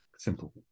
Simple